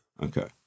Okay